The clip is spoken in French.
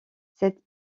cette